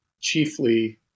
chiefly